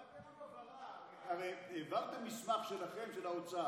רק להבהרה, הרי העברתם מסמך שלכם, של האוצר,